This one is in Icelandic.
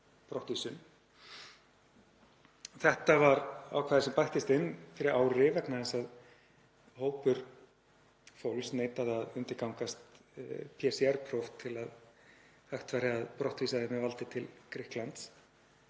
Þetta var ákvæði sem bættist inn fyrir ári vegna þess að hópur fólks neitaði að undirgangast PCR-próf til að hægt væri að brottvísa því með valdi til Grikklands,